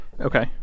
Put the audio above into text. Okay